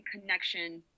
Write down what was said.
connection